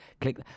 Click